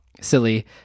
silly